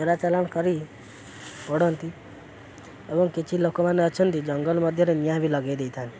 ଚେରାଚାଲାଣ କରି ପଡ଼ନ୍ତି ଏବଂ କିଛି ଲୋକମାନେ ଅଛନ୍ତି ଜଙ୍ଗଲ ମଧ୍ୟରେ ନିଆଁ ବି ଲଗାଇ ଦେଇଥାନ୍ତି